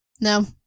No